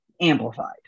amplified